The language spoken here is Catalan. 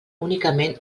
únicament